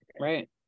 Right